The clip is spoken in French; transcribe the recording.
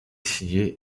signé